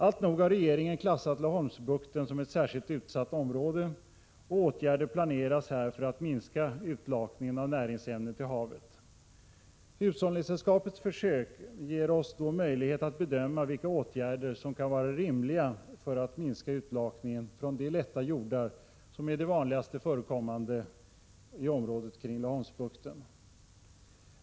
Alltnog har regeringen klassat Laholmsbukten som ett särskilt utsatt område, och åtgärder planeras här för att minska utlakningen av näringsämnen till havet. Hushållningssällskapets försök ger oss då möjlighet att bedöma vilka åtgärder som kan vara rimliga för att minska utlakningen från de lätta jordar som är de vanligast förekommande i området kring Laholmsbukten.